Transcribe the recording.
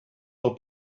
del